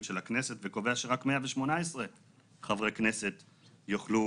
של הכנסת וקובע שרק 118 חברי כנסת יוכלו.